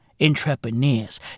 entrepreneurs